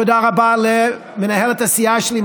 תודה רבה למנהלת הסיעה שלי,